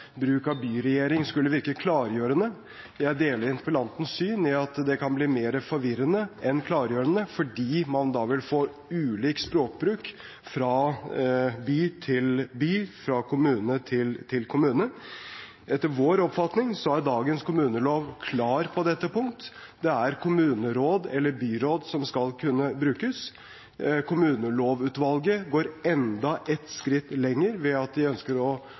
det kan bli mer forvirrende enn klargjørende, fordi man da vil få ulik språkbruk fra by til by, fra kommune til kommune. Etter vår oppfatning er dagens kommunelov klar på dette punkt; det er «kommuneråd» eller «byråd» som skal kunne brukes. Kommunelovutvalget går enda et skritt lenger ved at de ønsker å